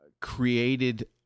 created